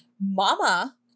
mama